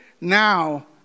now